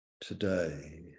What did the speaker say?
Today